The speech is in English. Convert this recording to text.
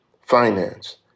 finance